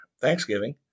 Thanksgiving